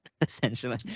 essentially